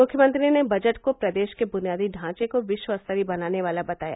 मुख्यमंत्री ने बजट को प्रदेश के बुनियादी ढांचे को विश्वस्तरीय बनाने वाला बताया